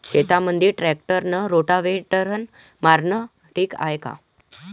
शेतामंदी tractor rotavator मारनं ठीक हाये का?